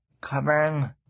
covering